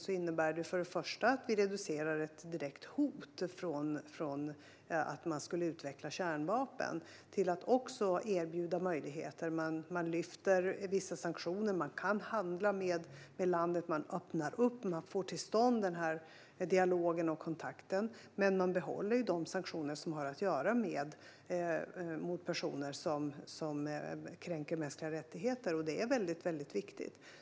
Den innebär att vi reducerar ett direkt hot från att kärnvapen skulle utvecklas och att vi erbjuder möjligheter: Man lyfter vissa sanktioner, man kan handla med landet, man öppnar upp och man får till stånd dialog och kontakt, men man behåller sanktionerna mot personer som kränker mänskliga rättigheter. Detta är viktigt.